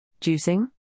Juicing